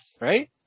Right